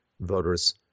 voters